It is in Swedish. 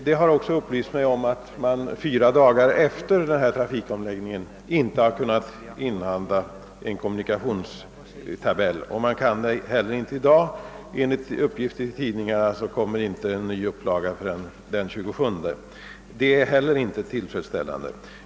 Det har upplysts mig att man inte heller fyra dagar efter trafikomläggningens genomförande har kunnat inhandla en kommunikationstabell — upplagan tog snabbt slut — och inte heller i dag kan man göra det; enligt uppgifter i tidningarna kommer inte en ny upplaga förrän den 27 maj. Inte heller detta är tillfredsställande.